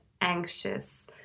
anxious